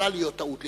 יכולה ליפול טעות,